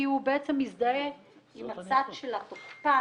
כי הוא בעצם מזדהה עם הצד של התוקפן,